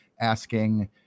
asking